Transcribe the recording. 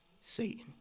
Satan